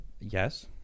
yes